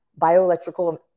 bioelectrical